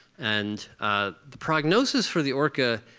and the prognosis for the orca,